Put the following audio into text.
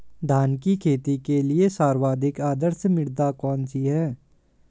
धान की खेती के लिए सर्वाधिक आदर्श मृदा कौन सी है?